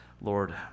Lord